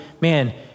man